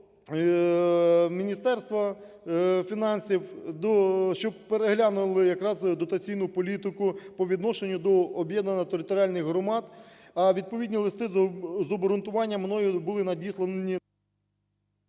до Міністерства фінансів, щоб переглянули якраз дотаційну політику по відношенню до об'єднаних територіальних громад. А відповідні листи з обґрунтуванням мною були надіслані…